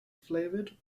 flavored